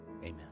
Amen